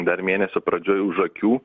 dar mėnesio pradžioj už akių